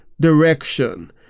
direction